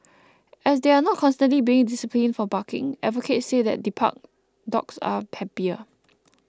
as they are not constantly being disciplined for barking advocates say that debarked dogs are happier